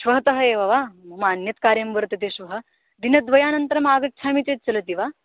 श्वः तः एव वा मम अन्यत् कार्यं वर्तते श्वः दिनद्वयानन्तरम् आगच्छमि चेत् चलति वा